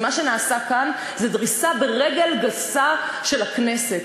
ומה שנעשה כאן זה דריסה ברגל גסה של הכנסת.